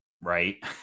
right